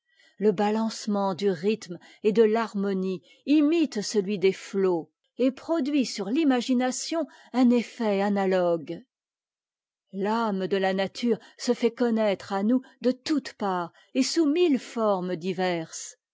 le balancement du rhythme et de l'harmonie imite celui des flots et produit sur l'imagination un effet analogue l'âme de la nature se fait connaître à nous de toutes parts et sous mille formes diverses